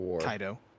Kaido